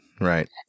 Right